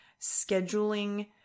scheduling